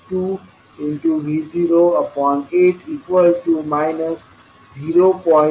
625V0 मिळेल